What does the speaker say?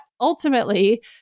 ultimately